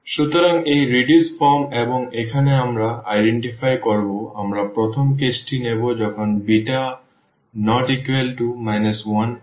সুতরাং এটি reduce form এবং এখন আমরা শনাক্ত করব আমরা প্রথম কেসটি নেব যখন β≠ 1 হবে